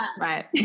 Right